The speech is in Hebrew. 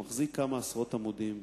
שמחזיק כמה עשרות עמודים,